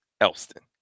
Elston